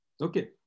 okay